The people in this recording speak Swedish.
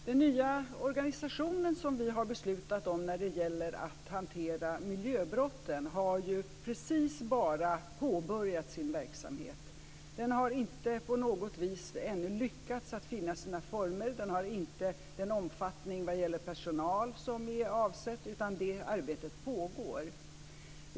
Fru talman! Den nya organisation som vi har beslutat om när det gäller att hantera miljöbrotten har precis bara påbörjat sin verksamhet. Den har ännu inte på något vis lyckats finna sina former och den har inte den omfattning vad gäller personal som är avsett, utan det arbetet pågår.